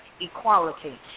Equality